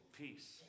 peace